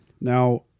Now